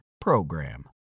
PROGRAM